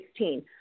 2016